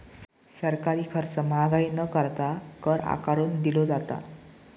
सरकारी खर्च महागाई न करता, कर आकारून दिलो जाता